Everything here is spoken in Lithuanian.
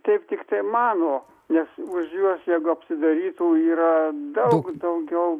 taip tiktai mano nes už juos jeigu sudarytų yra daug daugiau